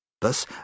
thus